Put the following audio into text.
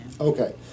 Okay